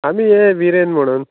आमी हे विरेन म्हणोन